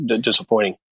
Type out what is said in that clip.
Disappointing